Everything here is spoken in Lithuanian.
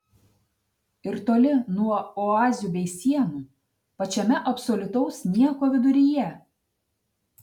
ir toli nuo oazių bei sienų pačiame absoliutaus nieko viduryje